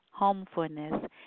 Homefulness